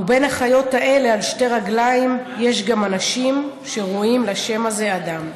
ובין החיות האלה על שתי רגליים יש גם אנשים שראויים לשם הזה אדם.